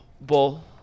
Bull